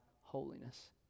holiness